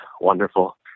wonderful